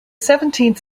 seventeenth